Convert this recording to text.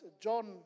John